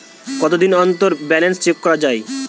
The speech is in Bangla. কতদিন অন্তর ব্যালান্স চেক করা য়ায়?